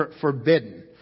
forbidden